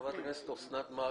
חברת הכנסת אוסנת מארק,